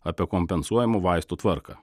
apie kompensuojamų vaistų tvarką